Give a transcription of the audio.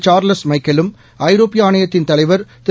Charles எமக்கெலும் ஐரோப்பியஆணையத்தின் தலைவர் திரு